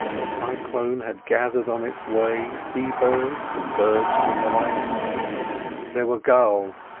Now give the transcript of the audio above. the cyclone had gathered on its way sea-birds and birds from the land there were gulls,